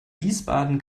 wiesbaden